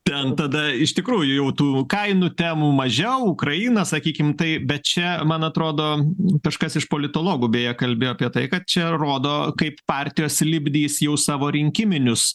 ten tada iš tikrųjų jau tų kainų temų mažiau ukraina sakykim tai bet čia man atrodo kažkas iš politologų beje kalbėjo apie tai kad čia rodo kaip partijos lipdys jau savo rinkiminius